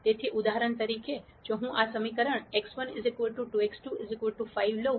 તેથી ઉદાહરણ તરીકે જો હું આ સમીકરણ x1 2x2 5 લઉં